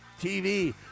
TV